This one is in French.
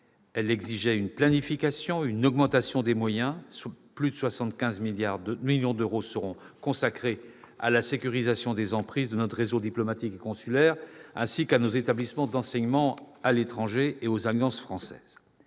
Elle exigeait une planification et une augmentation des moyens : plus de 75 millions d'euros seront consacrés à la sécurisation des emprises de notre réseau diplomatique et consulaire, ainsi qu'à nos établissements d'enseignement à l'étranger et aux Alliances françaises.